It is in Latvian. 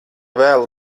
vēlu